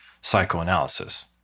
psychoanalysis